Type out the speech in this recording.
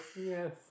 Yes